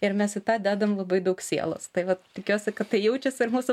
ir mes į tą dedam labai daug sielos tai vat tikiuosi kad tai jaučiasi ir mūsų